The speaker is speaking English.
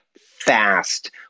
fast